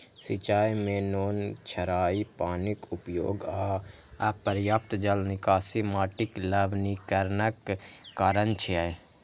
सिंचाइ मे नोनछराह पानिक उपयोग आ अपर्याप्त जल निकासी माटिक लवणीकरणक कारण छियै